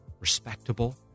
respectable